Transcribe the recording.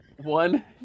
One